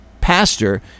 pastor